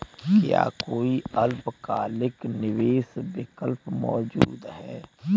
क्या कोई अल्पकालिक निवेश विकल्प मौजूद है?